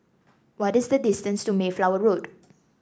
what is the distance to Mayflower Road